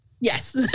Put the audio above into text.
Yes